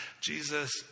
Jesus